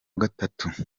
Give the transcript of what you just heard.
gatatu